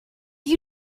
you